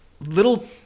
little